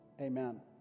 Amen